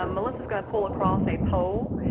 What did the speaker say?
um melissa's going to pull across a poll,